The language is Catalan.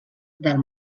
del